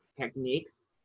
techniques